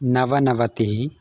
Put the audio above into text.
नवनवतिः